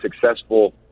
successful